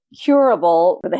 curable